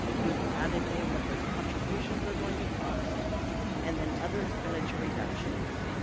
we've added in what those contributions are going to cost and then other expenditure reductions.